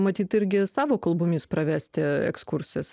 matyt irgi savo kalbomis pravesti ekskursijas